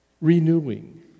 renewing